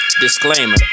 Disclaimer